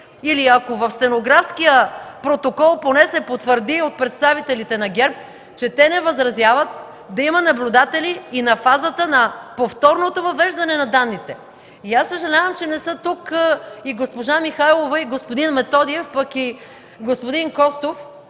Или ако в стенографския протокол се потвърди поне от представителите на ГЕРБ, че те не възразяват да има наблюдатели и на фазата на повторното въвеждане на данните. Съжалявам, че не са тук госпожа Михайлова, господин Методиев, пък и господин Костов.